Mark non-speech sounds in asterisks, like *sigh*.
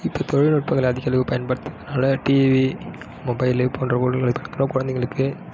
இப்போ தொழில்நுட்பங்களை அதிகளவு பயன்படுத்துகிறதனால டிவி மொபைலு போன்ற *unintelligible* குழந்தைங்களுக்கு